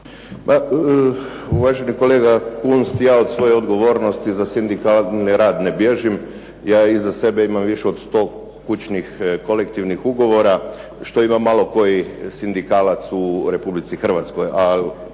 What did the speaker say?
Uvaženi kolega Kunst ja od svoje odgovornosti za sindikalni rad ne bježim. Ja iza sebe imam više od sto kućnih kolektivnih ugovora, što ima malo koji sindikalac u Republici Hrvatskoj.